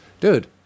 dude